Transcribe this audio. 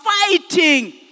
fighting